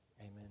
Amen